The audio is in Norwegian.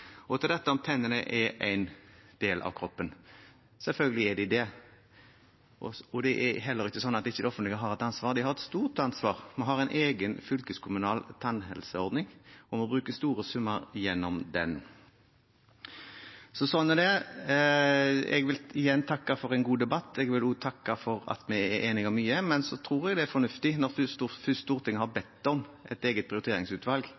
Til dette om tennene er en del av kroppen: Selvfølgelig er de det, og det er heller ikke sånn at det offentlige ikke har et ansvar. De har et stort ansvar, vi har en egen fylkeskommunal tannhelseordning og må bruke store summer gjennom den. Så sånn er det. Jeg vil igjen takke for en god debatt. Jeg vil også takke for at vi er enige om mye, men jeg tror det er fornuftig, når Stortinget først har bedt om et eget prioriteringsutvalg